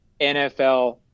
NFL